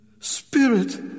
Spirit